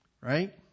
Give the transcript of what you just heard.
Right